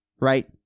Right